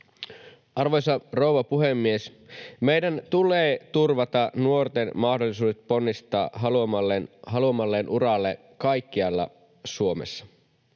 Arvoisa rouva puhemies! Meidän tulee turvata nuorten mahdollisuudet ponnistaa haluamalleen uralle kaikkialla Suomessa.